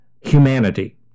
humanity